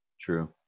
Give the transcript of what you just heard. True